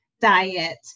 diet